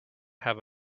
have